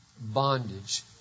bondage